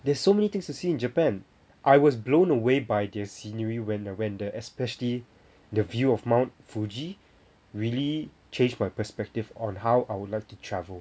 there's so many things to see in japan I was blown away by their scenery when the when the especially the view of mount fuji really changed my perspective on how I would like to travel